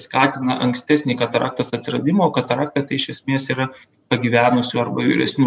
skatina ankstesnį kataraktos atsiradimą o katarakta tai iš esmės yra pagyvenusių arba vyresnių